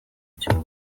gihugu